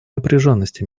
напряженности